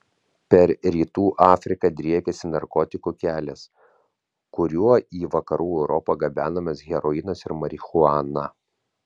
per rytų afriką driekiasi narkotikų kelias kuriuo į vakarų europą gabenamas heroinas ir marihuana